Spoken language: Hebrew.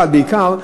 אבל בעיקר,